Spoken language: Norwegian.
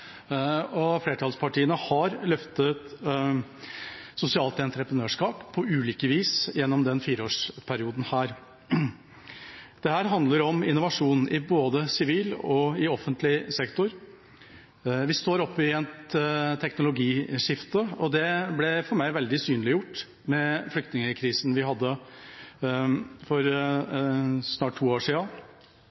og flertallspartiene har løftet sosialt entreprenørskap på ulike vis gjennom denne fireårsperioden. Dette handler om innovasjon i både sivil og offentlig sektor. Vi står i et teknologiskifte, og det ble for meg veldig synliggjort med flyktningkrisen vi hadde for snart to år